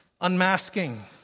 unmasking